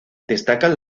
destacan